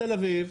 בתל אביב,